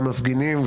המפגינים,